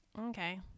Okay